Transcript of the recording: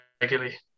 regularly